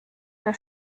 der